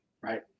right